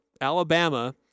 Alabama